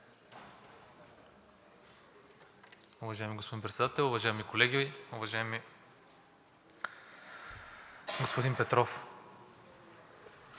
Уважаеми господин Председател, уважаеми колеги, уважаеми господин Петров!